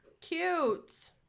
Cute